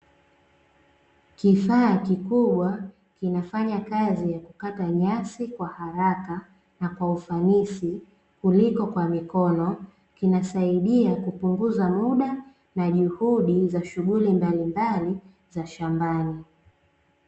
Kifaa kikubwa kinafanya kazi ya kukata nyasi kwa haraka na kwa ufanisi kuliko kwa mikono kinasaidia kupunguza muda, na juhudi za shughuli mbalimbali za shambani.